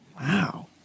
Wow